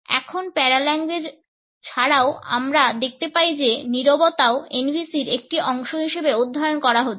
এখন প্যারাল্যাঙ্গুয়েজ ছাড়াও আমরা দেখতে পাই যে নীরবতাও NVC এর একটি অংশ হিসাবে অধ্যয়ন করা হচ্ছে